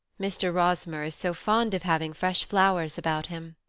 mr. rosmer is so fond of having fresh flowers about him.